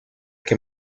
que